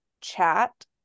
chat